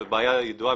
זו בעיה ידועה.